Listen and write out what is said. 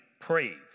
praise